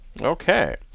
Okay